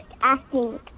acting